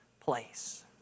place